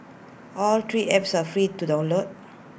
all three apps are free to download